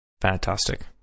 Fantastic